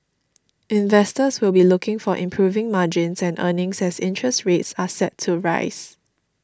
investors will be looking for improving margins and earnings as interest rates are set to rise